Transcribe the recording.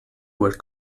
were